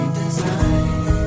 design